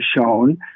shown